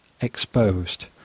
exposed